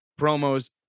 promos